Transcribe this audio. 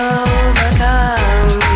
overcome